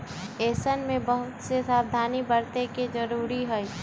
ऐसन में बहुत से सावधानी बरते के जरूरत हई